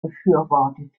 befürwortet